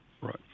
Right